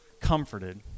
comforted